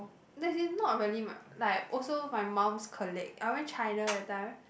as in not really my like also my mum's colleague I went China that time